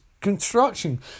construction